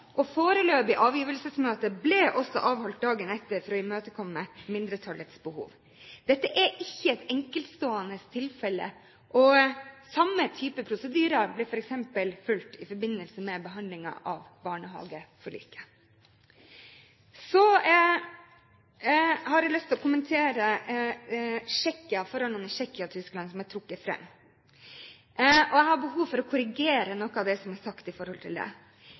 Stortinget. Foreløpig avgivelsesmøte ble også avholdt dagen etter for å imøtekomme mindretallets behov. Dette er ikke et enkeltstående tilfelle – samme type prosedyrer ble f.eks. fulgt i forbindelse med behandlingen av barnehageforliket. Så har jeg lyst til å kommentere forholdene i Tsjekkia og Tyskland, som er trukket fram. Jeg har behov for å korrigere noe av det som er sagt om det. Den tyske og den tsjekkiske forfatningsdomstolen har kommet fram til at det